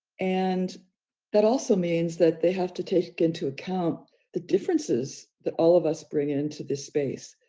and that also means that they have to take into account the differences that all of us bring into this space